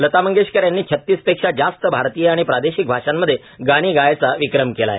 लता मंगेशकर यांनी छतीसपेक्षा जास्त भारतीय आणि प्रादेशिक आषांमध्ये गाणी गायचा विक्रम केला आहे